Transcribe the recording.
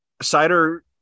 Cider